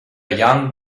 young